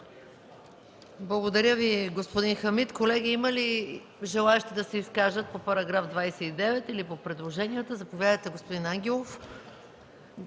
Благодаря Ви, господин Хамид. Колеги, има ли желаещи да се изкажат по § 29 или по предложенията? Заповядайте, господин Ангелов.